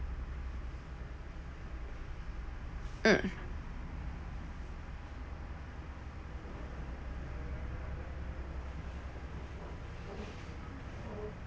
mm